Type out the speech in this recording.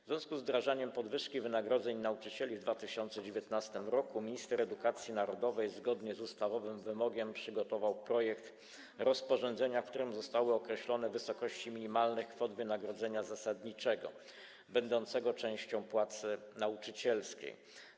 W związku z wdrażaniem podwyżki wynagrodzeń nauczycieli w 2019 r. minister edukacji narodowej, zgodnie z ustawowym wymogiem, przygotował projekt rozporządzenia, w którym zostały określone wysokości minimalne kwot wynagrodzenia zasadniczego będącego częścią płacy nauczycielskiej.